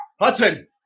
Hudson